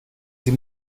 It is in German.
sie